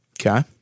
Okay